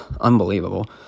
unbelievable